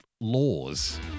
laws